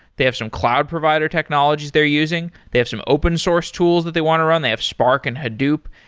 they have some cloud provider technologies they're using, they have some open source tools that they want to run, they have spark and hadoop.